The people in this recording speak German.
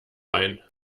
rein